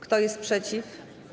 Kto jest przeciw?